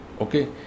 okay